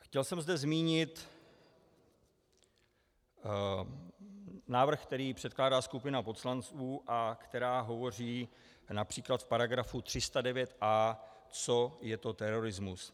Chtěl jsem zde zmínit návrh, který předkládá skupina poslanců a který hovoří například v § 309a co je to terorismus.